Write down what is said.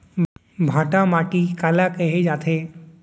भांटा माटी काला कहे जाथे?